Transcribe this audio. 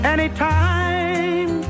Anytime